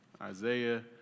Isaiah